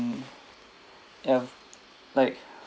yeah like